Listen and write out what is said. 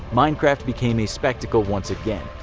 minecraft became a spectacle once again.